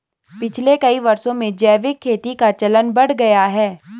पिछले कई वर्षों में जैविक खेती का चलन बढ़ गया है